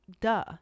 duh